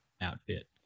outfit